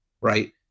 Right